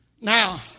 Now